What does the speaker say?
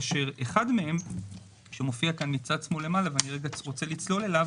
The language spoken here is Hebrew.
כאשר אחד מהם שמופיע כאן מצד שמאל למעלה ואני רוצה רגע לצלול אליו